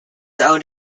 owned